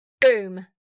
boom